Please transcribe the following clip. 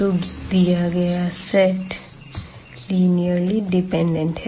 तो दिया गया है सेट लिनिर्ली डिपेंडेंट है